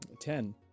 Ten